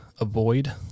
avoid